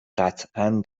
قطعا